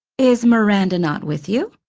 is miranda not with you?